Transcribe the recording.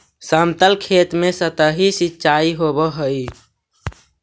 समतल खेत में सतही सिंचाई होवऽ हइ